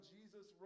Jesus